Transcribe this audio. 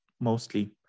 mostly